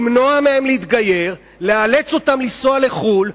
למנוע מהם להתגייר, לאלץ אותם לנסוע לחו"ל,